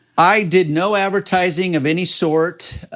i did no advertising of any sort,